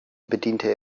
bediente